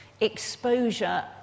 exposure